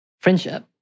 friendship